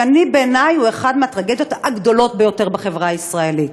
שבעיני הוא אחת מהטרגדיות הגדולות ביותר בחברה הישראלית,